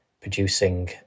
producing